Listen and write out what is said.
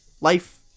Life